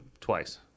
twice